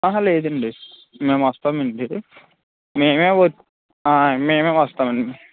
అహా లేదండి మేం వస్తాం అండి మేమే మేమే వస్తామండి